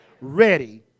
ready